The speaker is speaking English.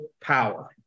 power